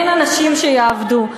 אין אנשים שיעבדו.